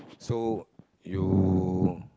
so you